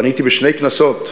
ואני הייתי בשתי כנסות,